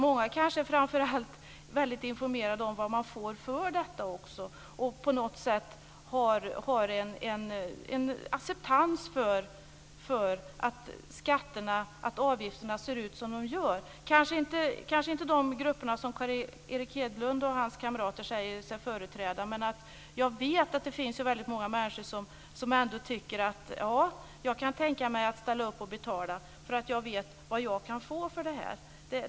Många är kanske framför allt informerade om vad man får för detta och har på något sätt en acceptans för att skatterna och avgifterna ser ut som de gör. Det kanske inte gäller de grupper som Carl Erik Hedlund och hans kamrater säger sig företräda. Men jag vet att det finns många människor som ändå tycker att de kan tänka sig att ställa upp och betala därför att de vet vad de kan få.